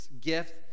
gift